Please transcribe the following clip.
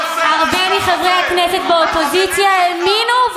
הווירוס יושב